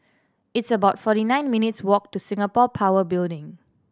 it's about forty nine minutes' walk to Singapore Power Building